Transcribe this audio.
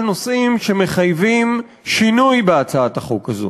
נושאים שמחייבים שינוי בהצעת החוק הזאת.